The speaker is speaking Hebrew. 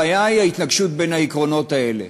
הבעיה היא ההתנגשות בין העקרונות האלה.